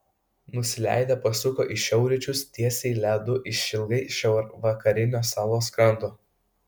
nusileidę pasuko į šiaurryčius tiesiai ledu išilgai šiaurvakarinio salos kranto